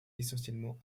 essentiellement